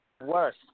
worse